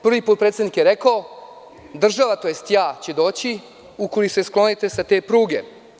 Prvi potpredsednik je rekao, država, tj. ja ću doći ukoliko se sklonite sa te pruge.